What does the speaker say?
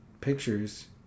pictures